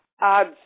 add